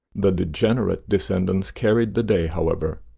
the degenerate descendants carried the day, however,